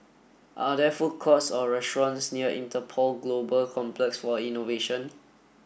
are there food courts or restaurants near Interpol Global Complex for Innovation